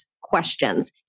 questions